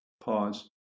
pause